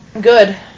Good